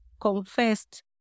confessed